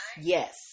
Yes